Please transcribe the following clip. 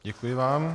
Děkuji vám.